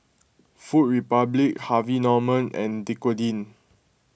Food Republic Harvey Norman and Dequadin